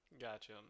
Gotcha